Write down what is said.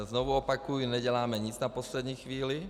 Znovu opakuji, neděláme nic na poslední chvíli.